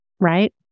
Right